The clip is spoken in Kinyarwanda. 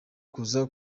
kuza